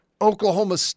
Oklahoma